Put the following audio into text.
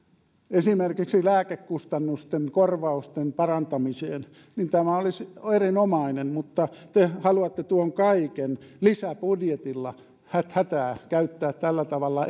esimerkiksi lääkekustannusten korvausten parantamiseen niin tämä olisi erinomainen mutta kun te haluatte tuon kaiken eli miljardin lisäbudjetilla häthätää käyttää tällä tavalla